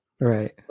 Right